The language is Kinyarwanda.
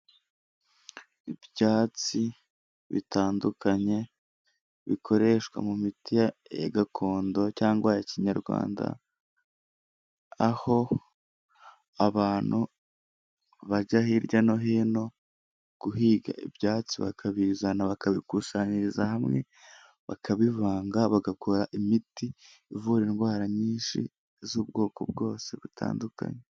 Ibyatsi bitandukanye bikoreshwa mu miti gakondo cyangwa ya kinyarwanda, aho abantu bajya hirya no hino guhinga ibyatsi bakabizana, bakabikusanyiriza hamwe, bakabivanga, bagakora imiti ivura indwara nyinshi z'ubwoko bwose butandukanye.